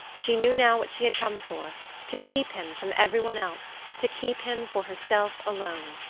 she knew now what she had come for to keep him from every one else, to keep him for herself alone.